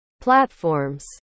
platforms